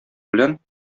белән